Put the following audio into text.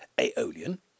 Aeolian